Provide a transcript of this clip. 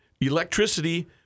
Electricity